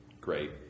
great